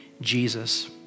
Jesus